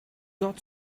got